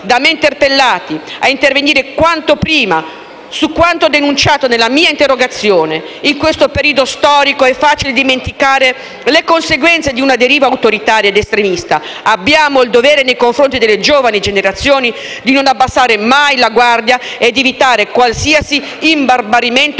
da me interpellati ad intervenire quanto prima su quanto ho denunciato nella mia interrogazione. In questo periodo storico è facile dimenticare le conseguenze di una deriva autoritaria ed estremista. Abbiamo il dovere nei confronti delle giovani generazioni di non abbassare mai la guardia ed evitare qualsiasi imbarbarimento